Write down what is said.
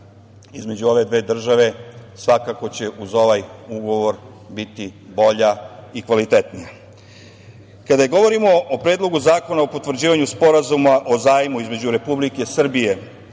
između ove dve države svakako će uz ovaj ugovor biti bolja i kvalitetnija. Kada govorimo o Predlogu zakona o potvrđivanju Sporazuma o zajmu između Republike Srbije